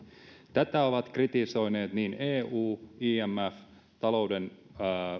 tätä ovat kritisoineet niin eu imf kuin